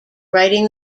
writing